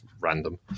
random